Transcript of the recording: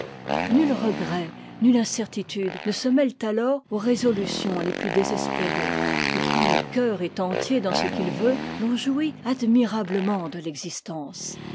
nul regret nulle incertitude ne se mêlent alors aux résolutions les plus désespérées et quand le cœur est entier dans ce qu'il veut l'on jouit admirablement de l'existence